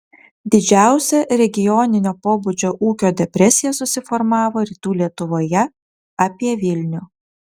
didžiausia regioninio pobūdžio ūkio depresija susiformavo rytų lietuvoje apie vilnių